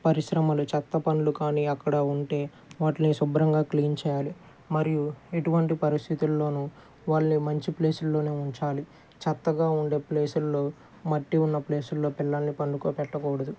పరిశ్రమలు చెత్త పనులు కానీ అక్కడ ఉంటే వాటిని శుభ్రంగా క్లీన్ చేయాలి మరియు ఎటువంటి పరిస్థితుల్లోనూ వాళ్ళని మంచి ప్లేసుల్లోనే ఉంచాలి చెత్తగా ఉండే ప్లేసుల్లో మట్టి ఉన్న ప్లేసుల్లో పిల్లల్ని పడుకో పెట్టకూడదు